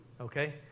Okay